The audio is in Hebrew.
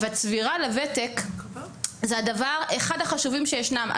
אבל צבירה לוותק, זה אחד הדברים החשובים שישנם.